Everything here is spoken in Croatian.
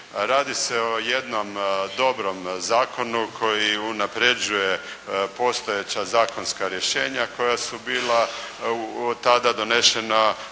Radi se o jednom dobrom zakonu koji unapređuje postojeća zakonska rješenja koja su bila tada donesena